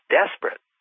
desperate